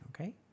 okay